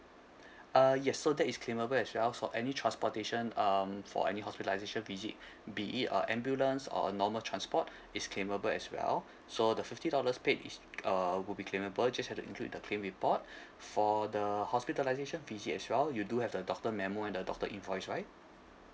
uh yes so that is claimable as well for any transportation um for any hospitalisation visit be it a ambulance or a normal transport is claimable as well so the fifty dollars paid is uh will be claimable just have to include in the claim report for the hospitalisation visit as well you do have the doctor memo and the doctor invoice right